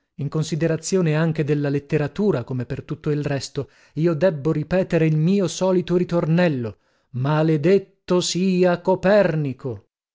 in considerazione anche della letteratura come per tutto il resto io debbo ripetere il mio solito ritornello maledetto sia copernico